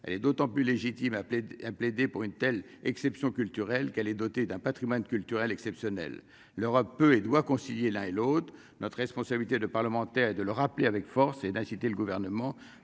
elle est d'autant plus légitime, a plaidé pour une telle exception culturelle qu'elle est dotée d'un Patrimoine culturel exceptionnel, l'Europe peut et doit concilier l'un et l'autre, notre responsabilité de parlementaires et de le rappeler avec force et d'inciter le gouvernement